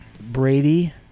Brady